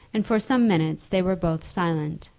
and for some minutes they were both silent.